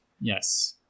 Yes